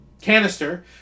canister